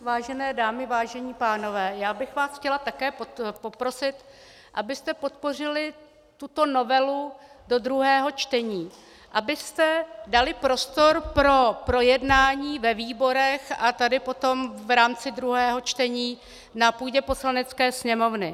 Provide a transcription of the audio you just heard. Vážené dámy, vážení pánové, já bych vás chtěla také poprosit, abyste podpořili tuto novelu do druhého čtení, abyste dali prostor pro projednání ve výborech a tady potom v rámci druhého čtení na půdě Poslanecké sněmovny.